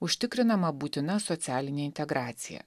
užtikrinama būtina socialinė integracija